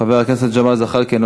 חבר הכנסת ג'מאל זחאלקה,